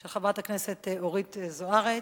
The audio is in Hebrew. של חברת הכנסת אורית זוארץ,